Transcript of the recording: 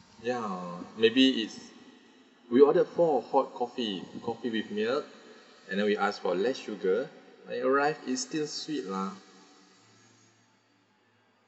ya maybe it's we ordered four hot coffee coffee with milk and then we asked for less sugar like it arrived it's still sweet lah